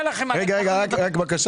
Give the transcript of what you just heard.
יש לנו בקשה